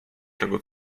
tego